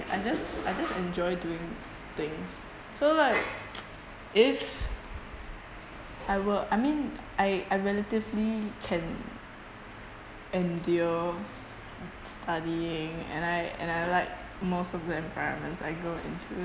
I just I just enjoy doing things so like if I work I mean I I relatively can endure s~ studying and I and I like most of the environments I go into